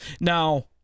Now